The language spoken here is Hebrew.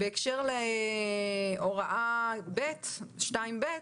בהקשר לסעיף 2(ב),